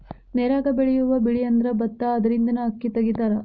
ನೇರಾಗ ಬೆಳಿಯುವ ಬೆಳಿಅಂದ್ರ ಬತ್ತಾ ಅದರಿಂದನ ಅಕ್ಕಿ ತಗಿತಾರ